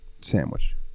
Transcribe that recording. sandwich